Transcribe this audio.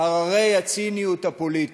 הררי הציניות הפוליטית.